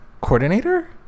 coordinator